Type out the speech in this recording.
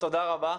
תודה רבה,